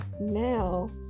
now